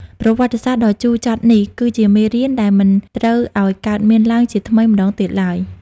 ប្រវត្តិសាស្ត្រដ៏ជូរចត់នេះ គឺជាមេរៀនដែលមិនត្រូវឱ្យកើតមានឡើងជាថ្មីម្តងទៀតឡើយ។